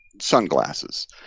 sunglasses